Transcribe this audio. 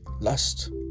lust